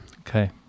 Okay